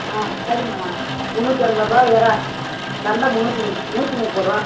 ஆ சரிம்மா முந்நூற்றி ஐம்பது ரூபா எறால் கெண்டை முந்நூற்றி முப் நூற்றி முப்பது ரூபா